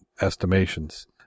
estimations